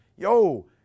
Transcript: yo